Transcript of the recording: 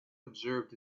observed